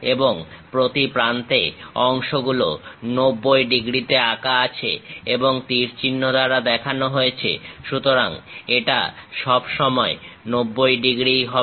এবং প্রতি প্রান্তে অংশগুলো 90 ডিগ্রীতে আঁকা আছে এবং তীর চিহ্ন দ্বারা দেখানো হয়েছে সুতরাং এটা সবসময় 90 ডিগ্রীই হবে